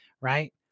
Right